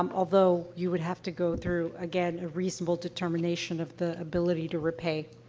um although you would have to go through, again, a reasonable determination of the ability to repay.